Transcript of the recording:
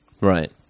Right